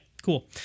Cool